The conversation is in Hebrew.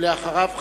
ואחריו,